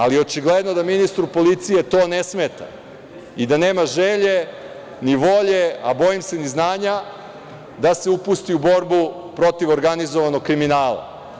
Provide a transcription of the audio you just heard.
Ali, očigledno da ministru policije to ne smeta i da nema želje, ni volje, a bojim se ni znanja, da se upusti u borbu protiv organizovanog kriminala.